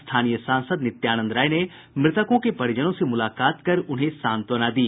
स्थानीय सांसद नित्यानंद राय ने मृतकों के परिजनों से मूलाकात कर उन्हें सांत्वना दी